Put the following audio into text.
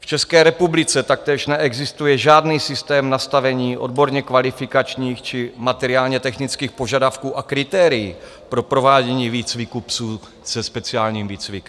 V České republice taktéž neexistuje žádný systém nastavení odborně kvalifikačních či materiálnětechnických požadavků a kritérií pro provádění výcviku psů se speciálním výcvikem.